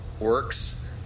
works